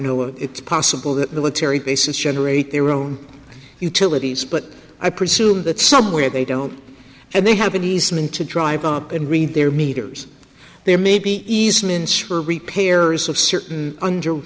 know it's possible that military bases generate their own utilities but i presume that somewhere they don't and they have an easement to drive up and read their meters there maybe easements for repairs of certain under